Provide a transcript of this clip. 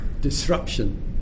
disruption